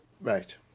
right